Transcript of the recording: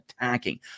attacking